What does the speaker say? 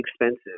expensive